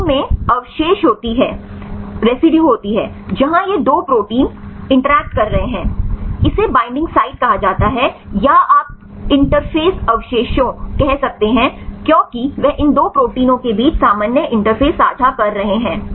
protein में अवशेष होती है जहां ये 2 प्रोटीन सही interact कर रहे हैं इसे बईंडिंग साइट कहा जाता है या आप इंटरफ़ेस अवशेषों कह सकते हैं क्योंकि वे इन 2 प्रोटीनों के बीच सामान्य इंटरफ़ेस साझा कर रहे हैं